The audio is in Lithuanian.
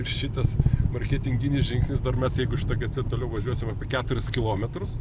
ir šitas marketinginis žingsnis dar mes jeigu šita gatve toliau važiuosim apie keturis kilometrus